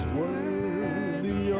worthy